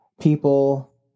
people